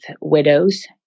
widows